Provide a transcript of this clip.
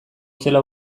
zela